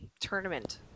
tournament